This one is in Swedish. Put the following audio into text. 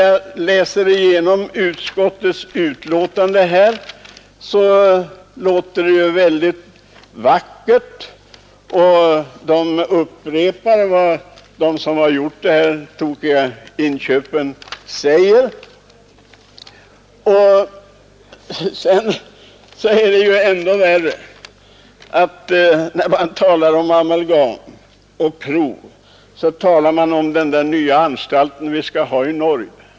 Det som sägs i utskottets betänkande låter ju väldigt vackert; man återger där i stort sett bara vad de som gjort dessa tokiga inköp säger. Och sedan blir det ännu värre. Beträffande provningen av amalgam m.m. talar man om den nya anstalt som skall komma i gång i Norge.